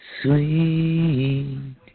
sweet